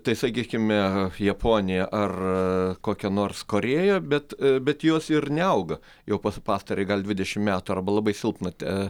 tai sakykime japonija ar kokia nors korėja bet bet jos ir neauga jau pas pastarąjį gal dvidešimt metų arba labai silpną te